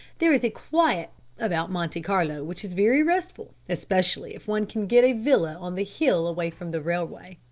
there is a quiet about monte carlo which is very restful, especially if one can get a villa on the hill away from the railway.